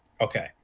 okay